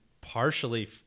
partially